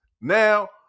now